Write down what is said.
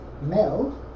Mel